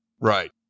Right